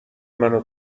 منو